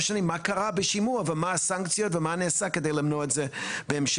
שנים מה קרה בשימוע ומה הסנקציות ומה נעשה כדי למנוע את זה בהמשך,